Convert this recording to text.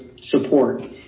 support